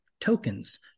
Tokens